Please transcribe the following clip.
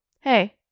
Hey